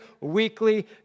weekly